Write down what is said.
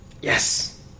Yes